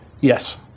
Yes